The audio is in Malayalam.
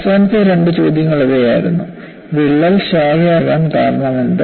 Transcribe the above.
അവസാനത്തെ രണ്ട് ചോദ്യങ്ങൾ ഇവയായിരുന്നു വിള്ളൽ ശാഖയാകാൻ കാരണമെന്ത്